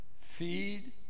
Feed